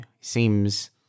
seems